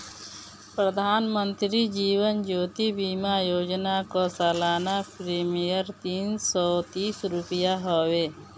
प्रधानमंत्री जीवन ज्योति बीमा योजना कअ सलाना प्रीमियर तीन सौ तीस रुपिया हवे